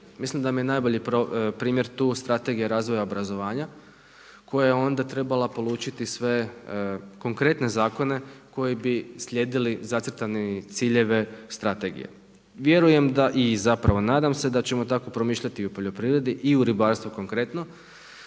Mislim da nam je najbolji primjer tu Strategija razvoja obrazovanja koja je onda trebala polučiti sve konkretne zakone koji bi slijedili zacrtane ciljeve strategije. Vjerujem da i zapravo i nadam se da ćemo tako promišljati i u poljoprivredi i u ribarstvu konkretno,